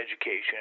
education